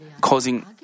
causing